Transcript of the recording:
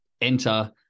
enter